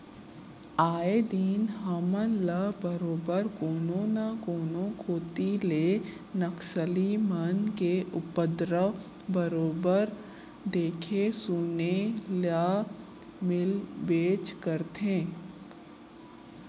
आए दिन हमन ल बरोबर कोनो न कोनो कोती ले नक्सली मन के उपदरव बरोबर देखे सुने ल मिलबेच करथे